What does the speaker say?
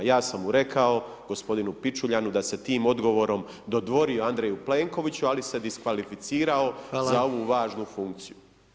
Ja sam mu rekao, g. Pičuljanu, da se tim odgovorom, dodvorio Andreju Plenkoviću ali se diskvalificirao za ovu važnu funkciju.